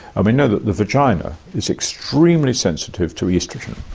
um and know that the vagina is extremely sensitive to oestrogen.